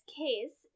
case